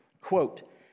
quote